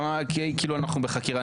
ישתמע כאילו אנחנו בחקירה.